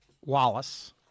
Wallace